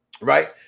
Right